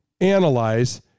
analyze